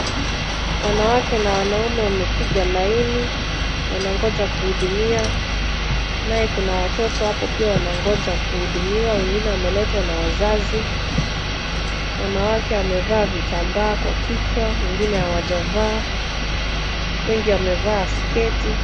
Wanawake na wanaume wamepiga laini wanangoja kuhudumiwa, naye kuna watoto hapo pia wanangoja kuhudumiwa, wengine wameletwa na wazazi, wanawake wamevaa vitambaa kwa kichwa, wengine hawajavaa, wengi wamevaa sketi.